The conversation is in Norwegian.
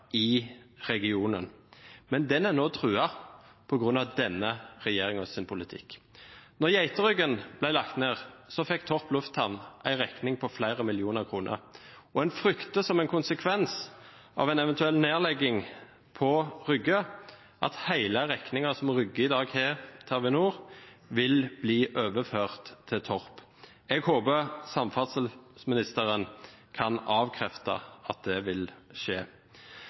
i regionen, men den er nå truet på grunn av denne regjeringens politikk. Da Geiteryggen ble lagt ned, fikk Torp lufthavn en regning på flere millioner kroner. Man frykter som en konsekvens av en eventuell nedlegging på Rygge, at hele regningen som Rygge i dag har til Avinor, vil bli overført til Torp. Jeg håper samferdselsministeren kan avkrefte at det vil skje.